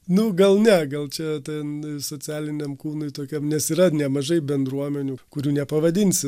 nu gal ne gal čia ten socialiniam kūnui tokiam nes yra nemažai bendruomenių kurių nepavadinsi